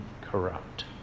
corrupt